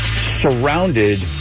surrounded